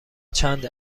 چند